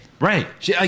Right